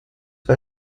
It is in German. bei